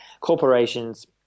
corporations